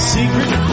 Secret